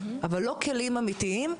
אבל לא כלים אמיתיים,